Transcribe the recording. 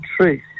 truth